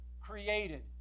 created